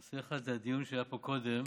נושא אחד זה הדיון שהיה פה קודם